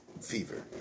fever